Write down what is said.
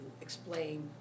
explain